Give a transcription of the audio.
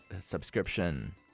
subscription